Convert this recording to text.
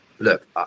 Look